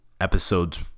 episodes